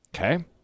Okay